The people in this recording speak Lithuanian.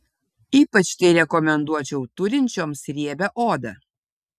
ypač tai rekomenduočiau turinčioms riebią odą